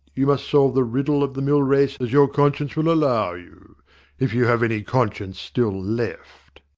you must solve the riddle of the millrace as your conscience will allow you if you have any conscience still left.